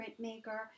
printmaker